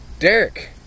Derek